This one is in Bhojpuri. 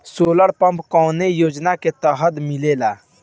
सोलर पम्प कौने योजना के तहत मिलेला?